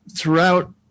throughout